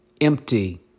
empty